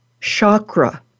chakra